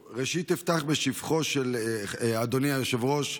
אדוני היושב-ראש,